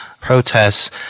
protests